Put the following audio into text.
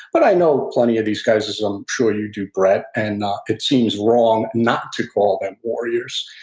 but i know plenty of these guys, as i'm sure you do brett, and it seems wrong not to call them warriors.